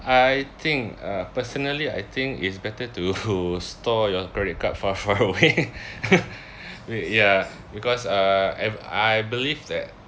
I think uh personally I think it's better to store your credit card far far away ya because uh I I believe that